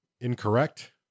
incorrect